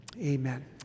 amen